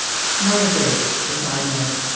murray bridge, the sign read.